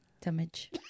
damage